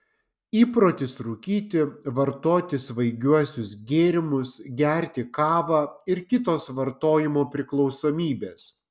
įprotis rūkyti vartoti svaigiuosius gėrimus gerti kavą ir kitos vartojimo priklausomybės